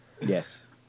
Yes